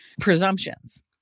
presumptions